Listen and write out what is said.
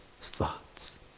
thoughts